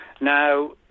Now